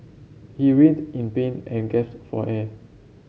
he writhed in pain and gasped for air